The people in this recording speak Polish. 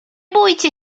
bójcie